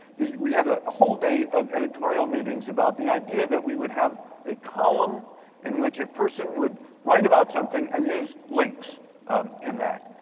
we had a whole day of editorial meetings about the idea that we would have a column in which a person would write about something and use links um in that.